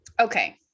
Okay